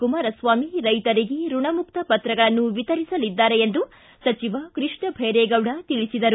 ಕುಮಾರಸ್ವಾಮಿ ರೈತರಿಗೆ ಋಣಮುಕ್ತ ಪತ್ರಗಳನ್ನು ವಿತರಿಸಲಿದ್ದಾರೆ ಎಂದು ಸಚಿವ ಕೃಷ್ಣಭೈರೇಗೌಡ ತಿಳಿಸಿದರು